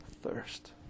thirst